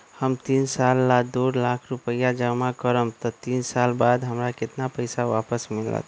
हम तीन साल ला दो लाख रूपैया जमा करम त तीन साल बाद हमरा केतना पैसा वापस मिलत?